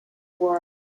world